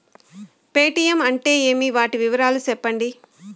Paytm అంటే ఏమి, వాటి వివరాలు సెప్పండి?